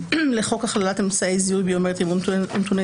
לחוק הכללת אמצעי זיהוי ביומטריים ונתוני